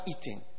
eating